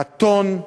הטון,